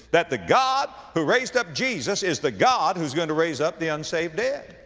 that the god who raised up jesus is the god who's going to raise up the unsaved dead.